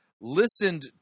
listened